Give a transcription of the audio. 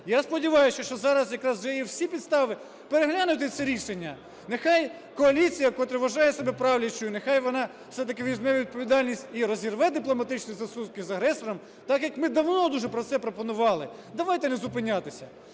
Я сподіваюсь, що зараз якраз вже є всі підстави переглянути це рішення. Нехай коаліція, котра вважає себе правлячою, нехай вона все-таки візьме відповідальність і розірве дипломатичні стосунки з агресором, так як ми давно дуже це пропонували. Давайте не зупинятися.